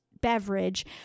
beverage